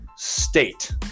State